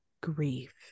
grief